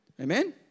Amen